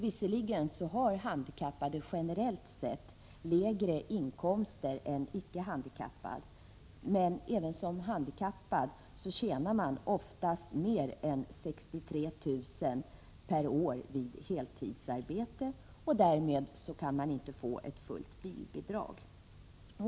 Visserligen har handikappade generellt sett lägre inkomster än icke handikappade, men även som handikappad tjänar man oftast mer än 63 000 kr. per år vid heltidsarbete, och därmed kan man inte få fullt bilstöd.